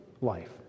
life